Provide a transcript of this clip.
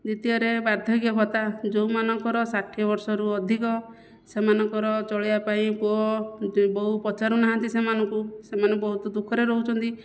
ଦ୍ଵିତୀୟରେ ବାର୍ଦ୍ଧକ୍ୟ ଭତ୍ତା ଯେଉଁମାନଙ୍କର ଷାଠିଏ ବର୍ଷରୁ ଅଧିକ ସେମାନଙ୍କର ଚଳିବା ପାଇଁ ପୁଅ ବୋହୂ ପଚାରୁନାହାନ୍ତି ସେମାନଙ୍କୁ ସେମାନେ ବହୁତ ଦୁଃଖରେ ରହୁଛନ୍ତି